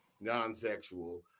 non-sexual